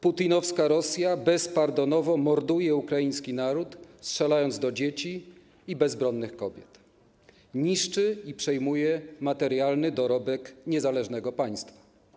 Putinowska Rosja bezpardonowo morduje ukraiński naród, strzelając do dzieci i bezbronnych kobiet, niszczy i przejmuje materialny dorobek niezależnego państwa.